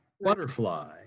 butterfly